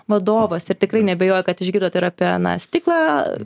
vadovas ir tikrai neabejoju kad išgirdot ir apie na stiklą